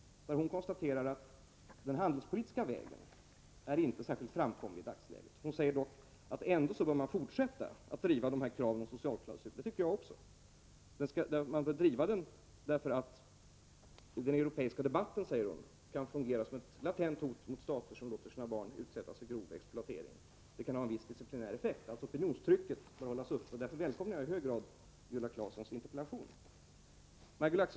I boken konstaterar hon att den handelspolitiska vägen inte är särskilt framkomlig i dagsläget. Hon säger dock att man ändå bör fortsätta att driva dessa krav på socialklausuler. Det tycker jag också. Hon säger att man bör driva dessa krav därför att den europeiska debatten kan fungera som ett latent hot mot stater som låter sina barn utsättas för grov exploatering. Det kan ha en viss disciplinär effekt — opinionstrycket kan hållas uppe. Därför välkomnar jag i hög grad Viola Claessons interpellation.